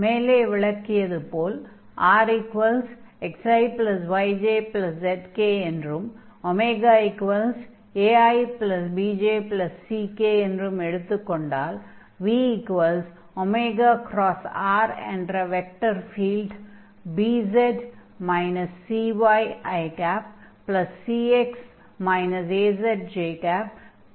மேலே விளக்கியது போல் rxiyjzk என்றும் aibjck என்றும் எடுத்துக் கொண்டால் vr என்ற வெக்டர் ஃபீல்ட் ijk ஆகும்